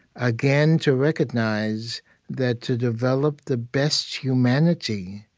again, to recognize that to develop the best humanity,